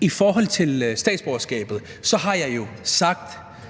I forhold til statsborgerskabet har jeg jo sagt,